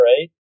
right